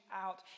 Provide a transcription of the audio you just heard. out